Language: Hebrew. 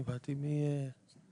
אני באתי מקראקוב.